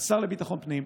השר לביטחון הפנים,